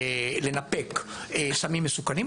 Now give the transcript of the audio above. לנפק סמים מסוכנים,